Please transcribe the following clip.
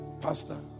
Pastor